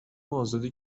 آزادی